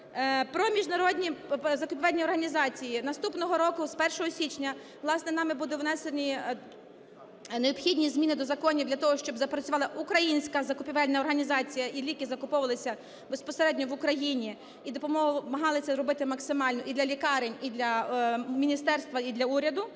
Про міжнародні закупівельні організації. Наступного року, з 1 січня, власне, нами будуть внесені необхідні зміни до законів для того, щоб запрацювала українська закупівельна організація і ліки закуповувалися безпосередньо в Україні і допомагали це робити максимально і для лікарень, і для міністерства, і для уряду.